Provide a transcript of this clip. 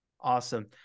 awesome